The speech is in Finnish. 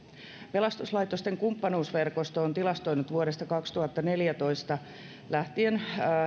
pelastuslaitosten kumppanuusverkosto on tilastoinut vuodesta kaksituhattaneljätoista lähtien